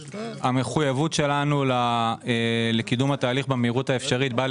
המחויבות שלנו לקידום התהליך במהירות האפשרית באה